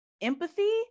empathy